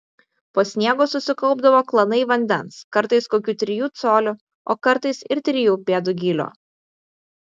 po sniegu susikaupdavo klanai vandens kartais kokių trijų colių o kartais ir trijų pėdų gylio